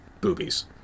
boobies